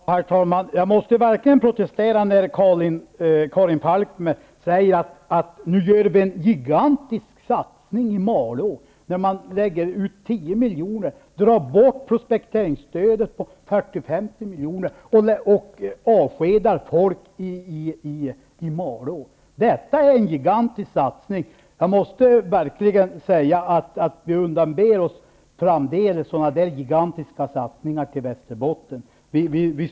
Herr talman! Jag måste verkligen protestera när Karin Falkmer säger att man gör en gigantisk satsning i Malå när man nu drar bort prospekteringsstödet på 40 -- 50 miljoner, lägger ut 10 miljoner i stället och avskedar folk i Malå. Detta är en gigantisk satsning! Vi undanber oss sådana gigantiska satsningar till Västerbotten framdeles.